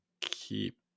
keep